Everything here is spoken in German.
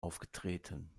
aufgetreten